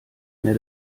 mehr